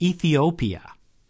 Ethiopia